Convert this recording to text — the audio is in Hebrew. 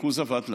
שהריכוז אבד לה,